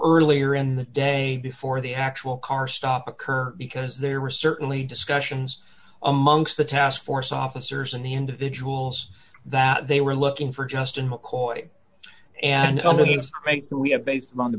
earlier in the day before the actual car stop occur because there were certainly discussions amongst the task force officers and the individuals that they were looking for just in mccoy and all the things we have based on the